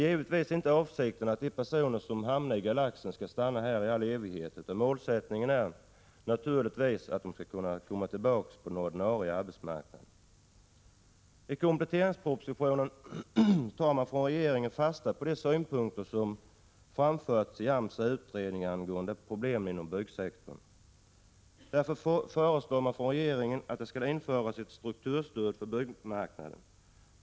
Givetvis är inte avsikten att de personer som hamnar i Galaxen skall bli kvar där, utan målsättningen är att de skall återföras till den ordinarie arbetsmarknaden. I kompletteringspropositionen från regeringen tar man fasta på de synpunkter som framförts i AMS utredning angående problemen inom byggsektorn. Därför föreslår regeringen att det skall införas ett strukturstöd för byggarbetsmarknaden.